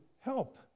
help